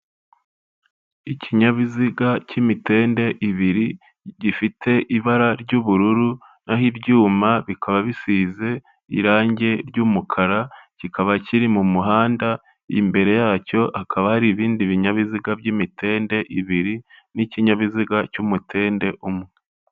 Ikinyabiziga cy'imitende ibiri, gifite ibara ry'ubururu, naho ibyuma bikaba bisize irangi ry'umukara, kikaba kiri mu muhanda, imbere yacyo hakaba hari ibindi binyabiziga by'imitende ibiri n'ikinyabiziga cy'umutende umwe.